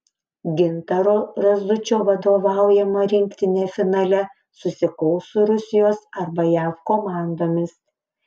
gintaro razučio vadovaujama rinktinė finale susikaus su rusijos arba jav komandomis